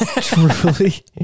Truly